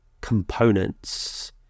components